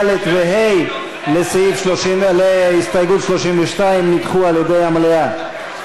ד' וה' להסתייגות 32 נדחו על-ידי המליאה.